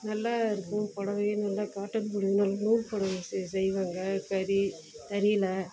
நல்லா இருக்கும் புடவையும் நல்லா காட்டன் புடவையும் நல்லா நூல் புடவையும் செய் செய்வாங்க தறி தறியில்